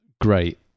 great